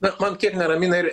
bet man tiek neramina ir